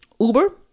Uber